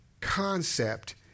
concept